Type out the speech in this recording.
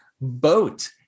boat